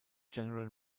general